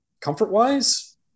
Comfort-wise